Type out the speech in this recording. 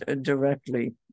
directly